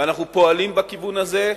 ואנחנו פועלים בכיוון הזה.